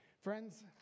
Friends